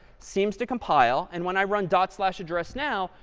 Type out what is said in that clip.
seems to compile. and when i run dot slash address now,